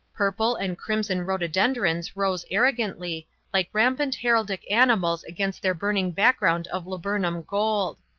purple and crimson rhododendrons rose arrogantly, like rampant heraldic animals against their burning background of laburnum gold.